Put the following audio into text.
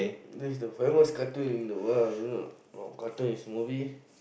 this is the famous cartoon in the world you know not cartoon is movie